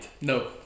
No